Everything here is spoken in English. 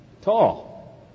tall